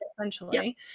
essentially